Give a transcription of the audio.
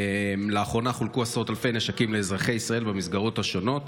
לאחרונה חולקו עשרות אלפי נשקים לאזרחי ישראל במסגרות השונות.